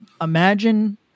Imagine